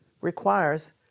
requires